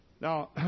Now